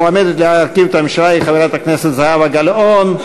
המועמדת להרכיב את הממשלה היא חברת הכנסת זהבה גלאון.